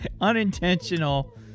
Unintentional